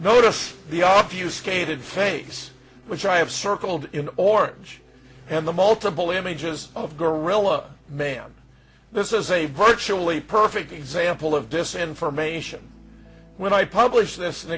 notice the off you skated face which i have circled in orange and the multiple images of gorilla man this is a virtually perfect example of this information when i publish this and